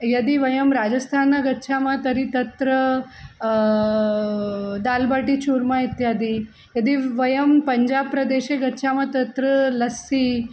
यदि वयं राजस्थान् गच्छामः तर्हि तत्र दाल्बाटि चूर्मा इत्यादि यदि वयं पञ्जाब् प्रदेशे गच्छामः तत्र लस्सि